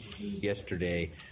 yesterday